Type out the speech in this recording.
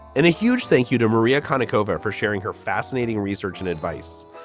in a huge thank you to maria kaneko va for sharing her fascinating research and advice.